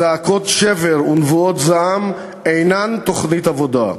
זעקות שבר ונבואות זעם אינן תוכנית עבודה.